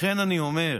לכן אני אומר,